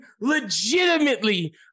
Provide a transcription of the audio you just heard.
legitimately